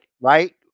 Right